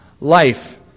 life